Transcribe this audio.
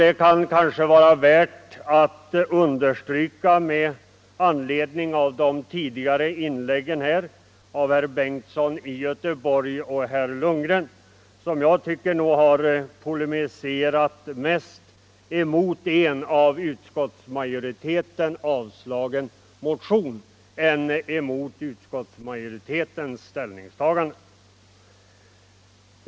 Detta kan vara värt att understryka med anledning av de tidigare inläggen här av herr Bengtsson i Göteborg och herr Lundgren, som jag tycker har polemiserat mera mot en av utskottsmajoriteten avstyrkt motion än mot utskottsmajoritetens ställningstagande.